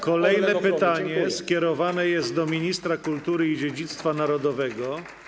Kolejne pytanie skierowane jest do ministra kultury i dziedzictwa narodowego.